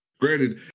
Granted